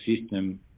system